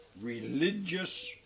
religious